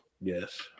Yes